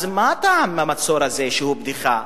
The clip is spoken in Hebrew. אז מה טעם למצור הזה, שהוא בדיחה?